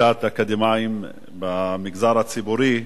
לקליטת אקדמאים במגזר הציבורי,